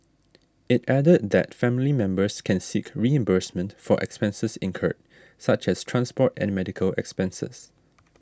it added that family members can seek reimbursement for expenses incurred such as transport and medical expenses